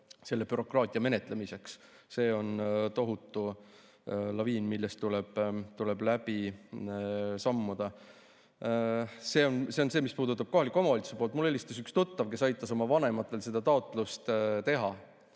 selle bürokraatia menetlemiseks. See on tohutu laviin, millest tuleb läbi sammuda. See on see, mis puudutab kohaliku omavalitsuse poolt. Mulle helistas üks tuttav, kes aitas oma vanematel seda taotlust teha.